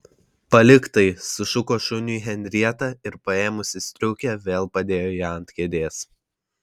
palik tai sušuko šuniui henrieta ir paėmusi striukę vėl padėjo ją ant kėdės